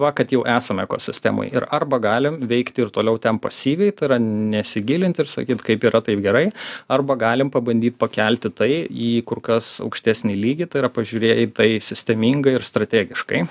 va kad jau esam ekosistemoj ir arba galim veikti ir toliau ten pasyviai tai yra nesigilint ir sakyt kaip yra taip gerai arba galim pabandyt pakelti tai jį kur kas aukštesnį lygį tai yra pažiūrėję į tai sistemingai ir strategiškai